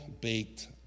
baked